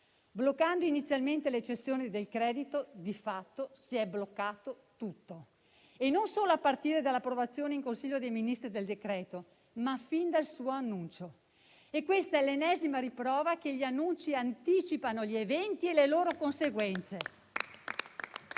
Bloccando inizialmente le cessioni del credito, di fatto, si è bloccato tutto e non solo a partire dall'approvazione in Consiglio dei ministri del decreto-legge, ma fin dal suo annuncio. Questa è l'ennesima riprova che gli annunci anticipano gli eventi e le loro conseguenze.